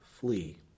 flee